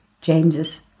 James's